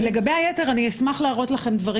ולגבי היתר אני אשמח להראות לכם דברים